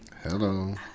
Hello